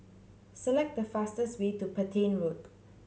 select the fastest way to Petain Road